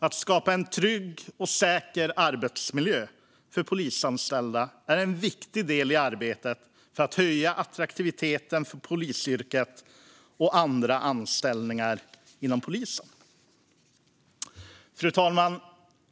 Att skapa en trygg och säker arbetsmiljö för polisanställda är en viktig del i arbetet för att höja attraktiviteten för polisyrket och andra anställningar inom polisen. Fru talman!